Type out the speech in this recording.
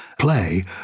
play